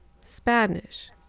Spanish